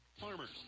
Farmers